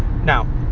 Now